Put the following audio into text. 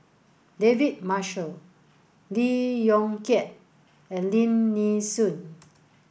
David Marshall Lee Yong Kiat and Lim Nee Soon